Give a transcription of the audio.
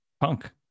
punk